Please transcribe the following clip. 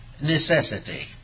necessity